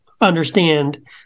understand